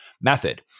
method